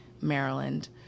Maryland